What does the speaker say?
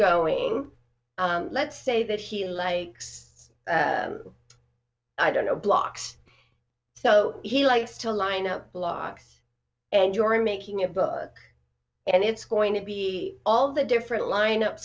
going let's say that he likes i don't know blocks so he likes to line up blocks and you're in making a book and it's going to be all the different lineup